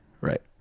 Right